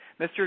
Mr